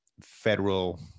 federal